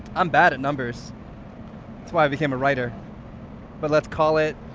i'm bad at numbers it's why i became a writer but let's call it